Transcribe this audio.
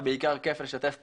ובעיקר כיף לשתף פעולה,